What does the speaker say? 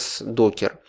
Docker